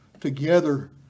together